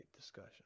discussion